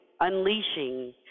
unleashing